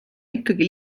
ikkagi